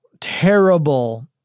terrible